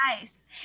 nice